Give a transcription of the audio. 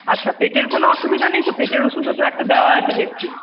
আচ্ছা পেটের কোনও অসুবিধা নেই তো পেটের ওষুধও তো একটা দেওয়া আছে দেখছি